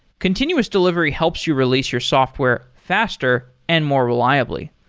continuous delivery helps you release your software faster and more reliably.